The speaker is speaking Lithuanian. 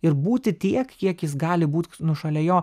ir būti tiek kiek jis gali būt nu šalia jo